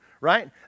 right